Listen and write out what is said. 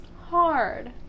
hard